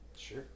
sure